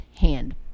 hand